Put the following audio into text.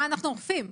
מה אנחנו אוכפים.